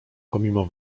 pomimo